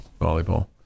volleyball